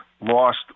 lost